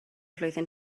flwyddyn